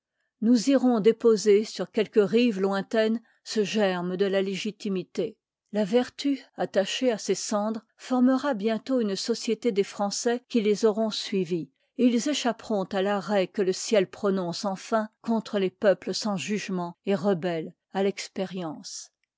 nous irons n part déposer surqiiielquesrites lointaines ce iiv li germe de la légitimité la vertu attachée à ces cendres formera bientôt une çiéte des français qui les auront suivïél t ils échapperont à l'arrêt que ïe ciel prononcé enfin contië lés peuples sans jugement et rebelles à l'expérience